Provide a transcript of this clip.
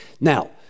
now